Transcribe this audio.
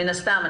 מן הסתם,